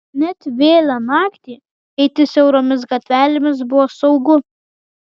net vėlią naktį eiti siauromis gatvelėmis buvo saugu